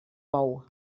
bou